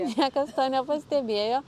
niekas to nepastebėjo